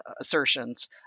assertions